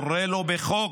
תורה לו בחוק.